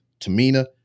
Tamina